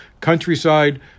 countryside